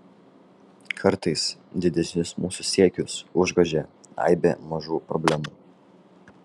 kartais didesnius mūsų siekius užgožia aibė mažų problemų